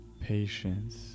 patience